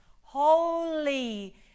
holy